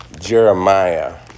Jeremiah